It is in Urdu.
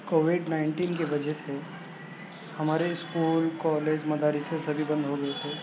کووڈ نائنٹین کے وجہ سے ہمارے اسکول کالج مدرسے سبھی بند ہو گئے تھے